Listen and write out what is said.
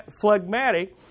phlegmatic